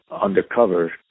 undercover